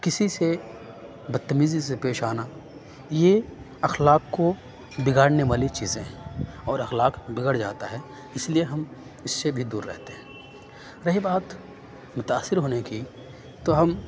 کسی سے بدتمیزی سے پیش آنا یہ اخلاق کو بگاڑنے والی چیزیں ہیں اور اخلاق بگڑ جاتا ہے اس لیے ہم اس سے بھی دور رہتے ہیں رہی بات متأثر ہونے كی تو ہم